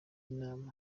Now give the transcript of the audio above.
imana